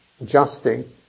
adjusting